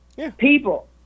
People